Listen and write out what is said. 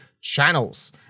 channels